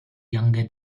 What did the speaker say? younger